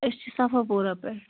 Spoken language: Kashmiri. أسۍ چھِ صفا پوٗرا پٮ۪ٹھ